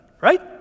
right